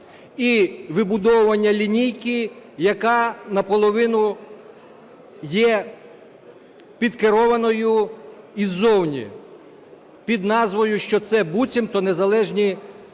і вибудовування лінійки, яка наполовину є підкерованою ззовні під назвою, що це буцімто незалежні